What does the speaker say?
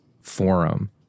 forum